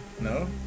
No